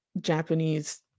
japanese